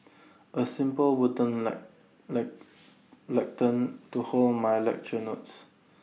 A simple wooden lectern to hold my lecture notes